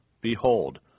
behold